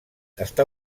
està